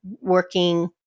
working